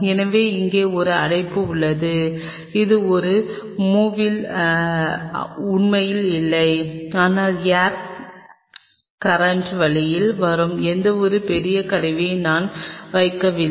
எனவே இங்கே ஒரு அடைப்பு உள்ளது அது ஒரு மூவியில் உண்மையில் இல்லை ஆனால் ஏர் கரண்ட் வழியில் வரும் எந்தவொரு பெரிய கருவியையும் நான் வைக்கவில்லை